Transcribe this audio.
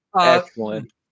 Excellent